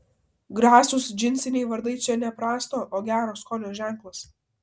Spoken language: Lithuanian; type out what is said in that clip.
grasūs džinsiniai vardai čia ne prasto o gero skonio ženklas